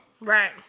Right